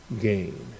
gain